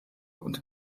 und